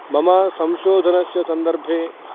मम संशोधनस्य सन्दर्भे